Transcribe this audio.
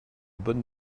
bonne